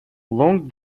long